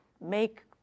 make